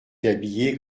habillés